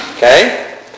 Okay